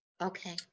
Okay